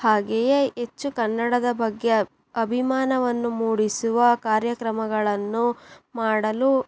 ಹಾಗೆಯೇ ಹೆಚ್ಚು ಕನ್ನಡದ ಬಗ್ಗೆ ಅಭಿಮಾನವನ್ನು ಮೂಡಿಸುವ ಕಾರ್ಯಕ್ರಮಗಳನ್ನು ಮಾಡಲು